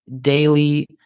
daily